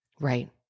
Right